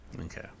Okay